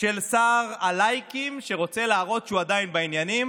של שר הלייקים, שרוצה להראות שהוא עדיין בעניינים.